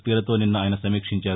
P లతో నిన్న ఆయన సమీక్షించారు